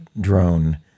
drone